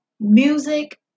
music